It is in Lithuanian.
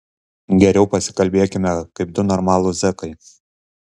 geriau pasikalbėkime kaip du normalūs zekai